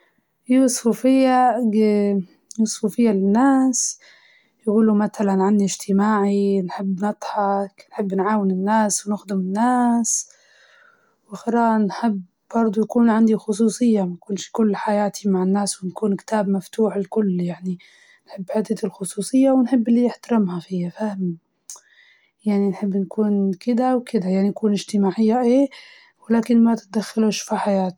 صحابي يقولوا إني طيبة، ومرحة، ونحب نساعدهم لو إحتاجوا شي، ومرات يجولوا عني يعني صبورة شوية، وحساسة، و كانت الموضوعات تهمني.